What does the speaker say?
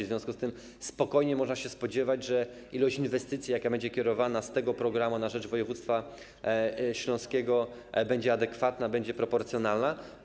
W związku z tym spokojnie można się spodziewać, że ilość inwestycji, jaka będzie kierowana z tego programu na rzecz województwa śląskiego, będzie adekwatna, będzie proporcjonalna.